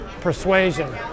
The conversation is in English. persuasion